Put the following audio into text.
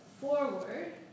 forward